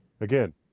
Again